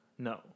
No